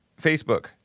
Facebook